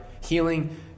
Healing